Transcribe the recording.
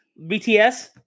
BTS